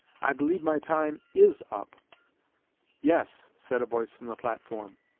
i believe my time is up yes, said a voice from the platform,